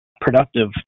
productive